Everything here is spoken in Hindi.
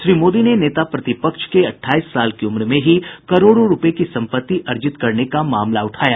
श्री मोदी ने नेता प्रतिपक्ष के अठाईस साल की उम्र में ही करोड़ों रूपये की संपत्ति अर्जित करने का मामला उठाया